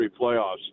playoffs